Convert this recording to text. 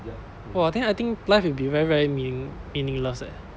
!wah! then I think life will be very very meaning meaningless eh